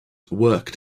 worked